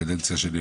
בקדנציה שלי,